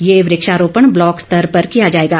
ये वृक्षारोपण ब्लॉक स्तर पर किया जाएगा